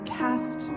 cast